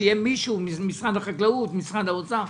שיהיה מישהו ממשרד החקלאות או ממשרד האוצר.